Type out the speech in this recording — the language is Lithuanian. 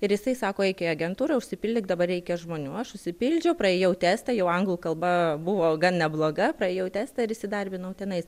ir jisai sako eik į agentūrą užsipildyk dabar reikia žmonių aš užsipildžiau praėjau testą jau anglų kalba buvo gan nebloga praėjau testą ir įsidarbinau tenais